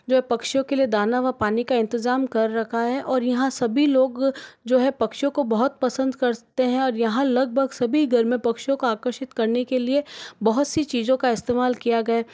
जो पक्षियों के लिए दाना व पानी का इंतजाम कर रखा है और यहाँ सभी लोग जो है पक्षियों को बहुत पसंद करते हैं और यहाँ लगभग सभी घर में पक्षियों को आकर्षित करने के लिए बहुत सी चीज़ों का इस्तेमाल किया गया